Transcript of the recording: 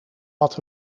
wat